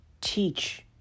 teach